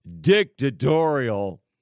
dictatorial